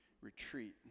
retreat